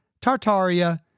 Tartaria